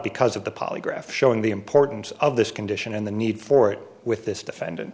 because of the polygraph showing the importance of this condition and the need for it with this defendant